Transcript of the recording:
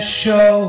show